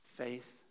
Faith